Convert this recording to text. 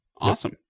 Awesome